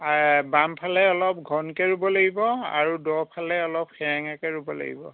বামফালে অলপ ঘনকৈ ৰুব লাগিব আৰু দ'ফালে অলপ সেৰেঙাকৈ ৰুব লাগিব